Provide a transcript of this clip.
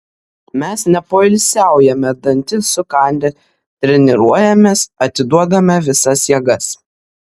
mes nepoilsiaujame dantis sukandę treniruojamės atiduodame visas jėgas